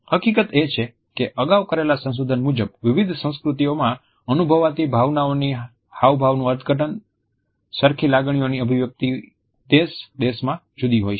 હકીકત એ છે કે અગાઉ કરેલા સંશોધન મુજબ વિવિધ સંસ્કૃતિઓમાં અનુભવાતી ભાવનાઓની હાવભાવનું અર્થઘટન સરખી લાગણીઓની અભિવ્યકિત દેશ દેશમાં જુદી હોય છે